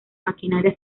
maquinaria